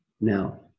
Now